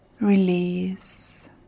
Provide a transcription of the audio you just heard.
Release